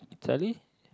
Italy